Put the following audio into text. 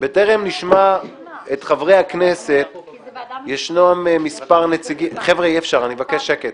בטרם נשמע את חברי הכנסת ישנם מספר נציגים - חבר'ה אני מבקש שקט.